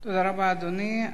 תודה רבה, אדוני.